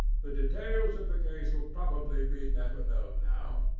the details of the case will probably be never known now,